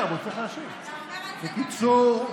בקיצור,